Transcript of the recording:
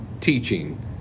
teaching